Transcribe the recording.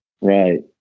Right